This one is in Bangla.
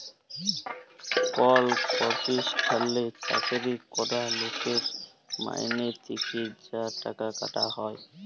কল পরতিষ্ঠালে চাকরি ক্যরা লকের মাইলে থ্যাকে যা টাকা কাটা হ্যয়